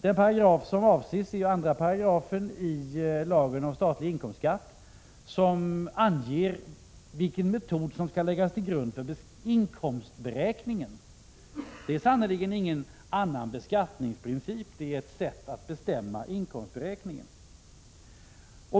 Den paragraf som avses är 2 § i lagen om statlig inkomstskatt, som anger vilken metod som skall läggas till grund för inkomstberäkningen. Men här handlar det sannerligen inte om någon ny beskattningsprincip. Den paragrafen anger ett sätt att bestämma inkomstberäkningen.